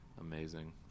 Amazing